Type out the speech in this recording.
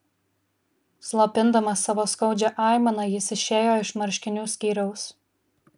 slopindamas savo skaudžią aimaną jis išėjo iš marškinių skyriaus